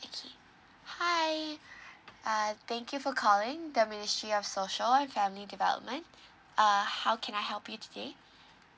okay hi uh thank you for calling the ministry of social and family development uh how can I help you today